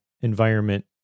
environment